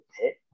pit